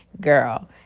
girl